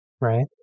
right